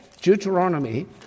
Deuteronomy